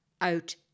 out